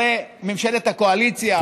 הרי ממשלת הקואליציה,